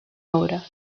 obra